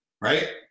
right